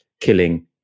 killing